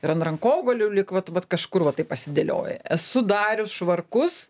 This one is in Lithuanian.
ir ant rankogalių lyg vat vat kažkur va taip pasidėlioja esu darius švarkus